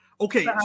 Okay